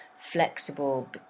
flexible